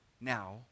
Now